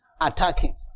attacking